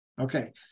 Okay